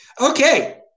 Okay